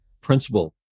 principle